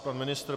Pan ministr.